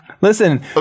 Listen